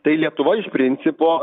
tai lietuva iš principo